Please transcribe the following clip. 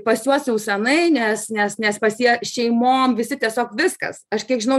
pas juos senai nes nes nes pas jie šeimom visi tiesiog viskas aš kiek žinau